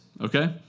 okay